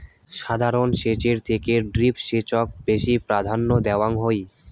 সাধারণ সেচের থেকে ড্রিপ সেচক বেশি প্রাধান্য দেওয়াং হই